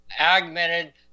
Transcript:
Augmented